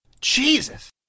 Jesus